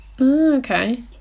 Okay